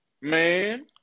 Man